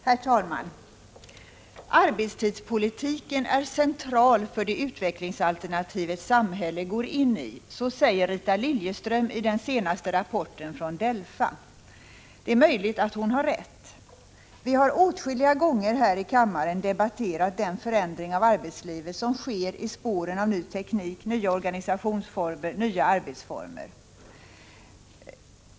Herr talman! ”Arbetstidpolitiken är central för det utvecklingsalternativ ett samhälle går in i.” Så säger Rita Liljeström i den senaste rapporten från DELFA. Det är möjligt att hon har rätt. Vi har åtskilliga gånger här i kammaren debatterat den förändring av arbetslivet som sker i spåren på ny teknik, nya organisationsformer, nya arbetsformer.